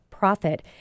profit